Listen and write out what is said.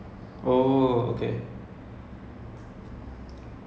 I like watching promos so சும்மாவே பாப்பேன் என்ன நடக்குதுன்னு:summavae paapaen enna nadakuthunu